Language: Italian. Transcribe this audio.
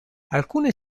alcune